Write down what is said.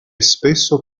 spesso